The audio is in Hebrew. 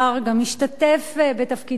גם השתתף בתפקידו,